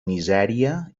misèria